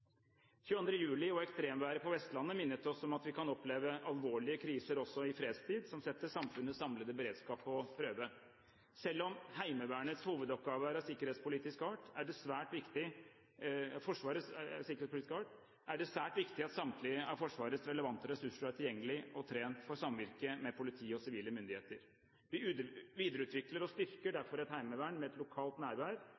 22. juli og ekstremværet på Vestlandet minnet oss om at vi kan oppleve alvorlige kriser også i fredstid, som setter samfunnets samlede beredskap på prøve. Selv om Forsvarets hovedoppgave er av sikkerhetspolitisk art, er det svært viktig at samtlige av Forsvarets relevante ressurser er tilgjengelige og trent for samvirke med politi og sivile myndigheter. Vi videreutvikler og styrker